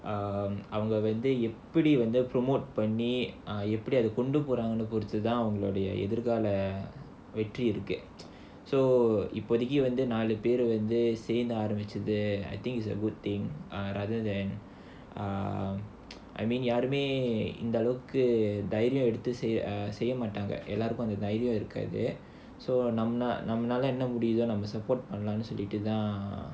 um அவங்க வந்து எப்படி வந்து:avanga vandhu eppadi vandhu promote பண்ணி எப்படி அத கொண்டு போறாங்க பொறுத்துதான் அவங்க எதிர்கால வெற்றி இருக்கு:panni eppadi adha kondu poraanga poruthuthaan avanga edhirkaala vetri irukku so இப்போதைக்கு வந்து நாலு பேரு வந்து சேர்ந்து ஆரம்பிச்சது:ipothaikku vandhu naalu per sernthu arambichathu I think it's a good thing ah rather than யாருமே இந்த அளவுக்கு தைரியம் எடுத்து செய்ய செய்ய மாட்டாங்க எல்லோருக்கும் அந்த தைரியம் இருக்காது:yaarumae indha alavukku thairiyam eduthu seiya maattaanga ellorukkum andha thairiyam irukkaathu so நம்மளால என்ன முடியுதோ நம்ம:nammanaala enna mudiyutho namma support பண்ணலாம்னுதான்:pannalaamnuthaan